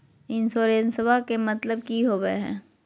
इंसोरेंसेबा के मतलब की होवे है?